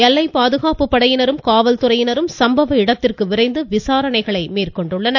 எல்லைப் பாதுகாப்பு படையினரும் காவல்துறையினரும் சம்பவ இடத்திற்கு விரைந்து விசாரணைகளை மேற்கொண்டு வருகின்றனர்